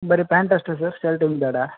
ಬರಿ ಪ್ಯಾಂಟ್ ಅಷ್ಟೇ sir shirt ಏನು ಬೇಡ